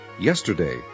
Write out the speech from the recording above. Yesterday